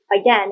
again